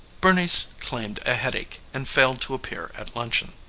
bernice claimed a headache and failed to appear at luncheon.